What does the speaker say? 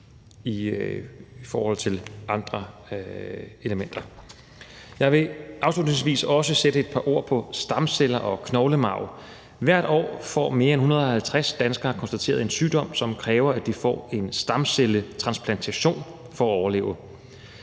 i forhold til andre elementer. Jeg vil afslutningsvis også sætte et par ord på stamceller og knoglemarv. Hvert år får mere end 150 danskere konstateret en sygdom, som kræver, at de får en stamcelletransplantation for at overleve.